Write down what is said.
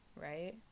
right